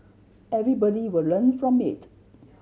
everybody will learn from it